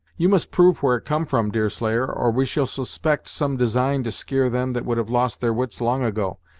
you must prove where it come from, deerslayer, or we shall suspect some design to skear them that would have lost their wits long ago,